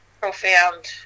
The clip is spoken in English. profound